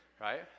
right